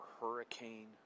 hurricane